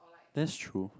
that's true